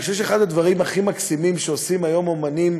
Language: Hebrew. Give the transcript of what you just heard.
אני חושב שאחד הדברים הכי מקסימים שעושים היום אמנים